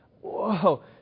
Whoa